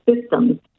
systems